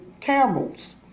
camels